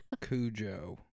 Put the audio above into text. Cujo